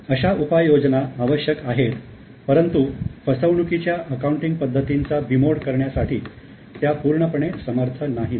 अशा उपाययोजना आवश्यक आहेत परंतु फसवणुकीच्या अकाउंटिंग पद्धतींचा बिमोड करण्यासाठी त्या पूर्णपणे समर्थ नाहीत